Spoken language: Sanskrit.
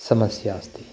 समस्या अस्ति